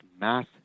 mass